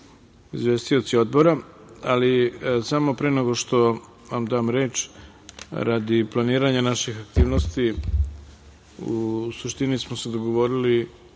izvestioci odbora, ali pre nego što vam dam reč, radi planiranja naših aktivnosti, u suštini smo se dogovorili,